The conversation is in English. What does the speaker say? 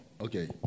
okay